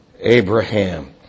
Abraham